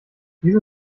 wieso